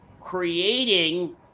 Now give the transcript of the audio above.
creating